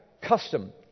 custom